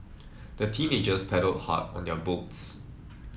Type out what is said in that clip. the teenagers paddled hard on their boats